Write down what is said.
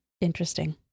interesting